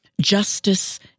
Justice